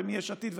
ויש עתיד,